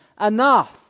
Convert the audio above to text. enough